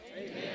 amen